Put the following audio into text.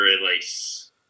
release